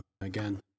again